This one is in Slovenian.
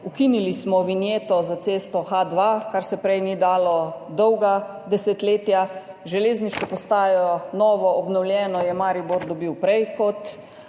Ukinili smo vinjeto za cesto H2, česar se prej ni dalo dolga desetletja, železniško postajo, novo, obnovljeno, je Maribor dobil prej kot